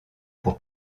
pour